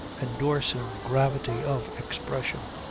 endorsing, gravity of expression.